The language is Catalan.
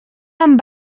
amb